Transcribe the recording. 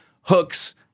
hooks